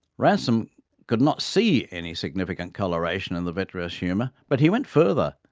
ransome could not see any significant colouration in the vitreous humour, but he went further.